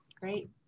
Great